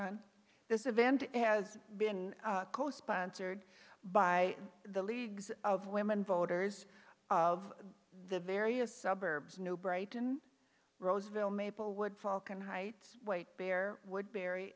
this event has been co sponsored by the leagues of women voters of the various suburbs no brighton roseville maplewood falcon height weight bear woodbury